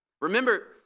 Remember